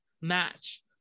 match